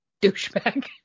douchebag